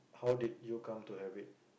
how did you come to have it